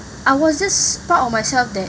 I was just proud of myself that